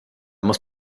muss